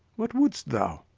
what wouldst thou?